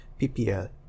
PPL